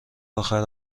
آخر